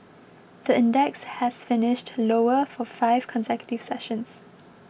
the index has finished lower for five consecutive sessions